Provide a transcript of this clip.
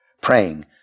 praying